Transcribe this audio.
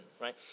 right